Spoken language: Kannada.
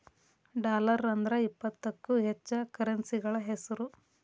ಡಾಲರ್ ಅಂದ್ರ ಇಪ್ಪತ್ತಕ್ಕೂ ಹೆಚ್ಚ ಕರೆನ್ಸಿಗಳ ಹೆಸ್ರು